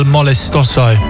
Molestoso